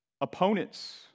opponents